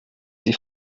die